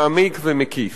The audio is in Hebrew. מעמיק ומקיף.